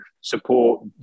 support